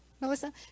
Melissa